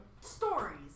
stories